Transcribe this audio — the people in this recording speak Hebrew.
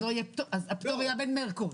אז הפטור יאבד מערכו,